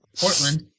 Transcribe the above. Portland